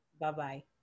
bye-bye